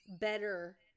Better